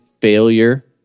failure